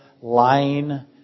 lying